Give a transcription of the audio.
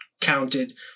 counted